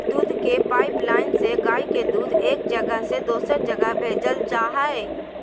दूध के पाइपलाइन से गाय के दूध एक जगह से दोसर जगह भेजल जा हइ